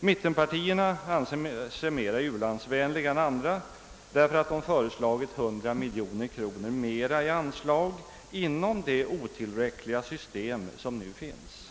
Mittenpartierna anser sig mera u-landsvänliga än andra därför att de föreslagit 100 miljoner kronor mera i anslag inom det otillräckliga system som nu finns.